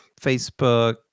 Facebook